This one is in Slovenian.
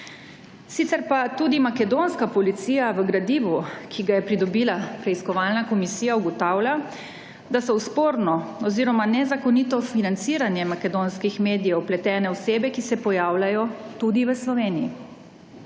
Sicer pa, tudi makedonska Policija v gradivu, ki ga je pridobila Preiskovalna komisija ugotavlja, da so v sporno oziroma nezakonito financiranje makedonskih medijev vpletene osebe, ki se pojavljajo tudi v Sloveniji.